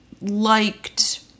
liked